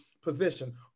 position